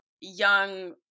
young